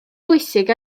bwysig